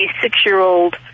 six-year-old